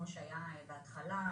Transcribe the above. שהיו בהתחלה,